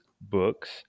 books